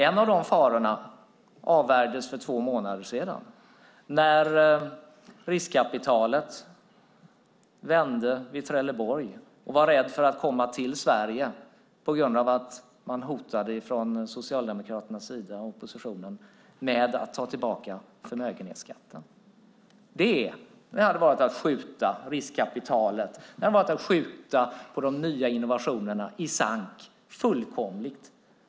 En av de farorna avvärjdes för två månader sedan när riskkapitalet vände vid Trelleborg; man var rädd att komma till Sverige på grund av att Socialdemokraterna och oppositionen hotade med att ta tillbaka förmögenhetsskatten. Det hade varit att skjuta riskkapitalet, att skjuta de nya innovationerna i sank, fullkomligt.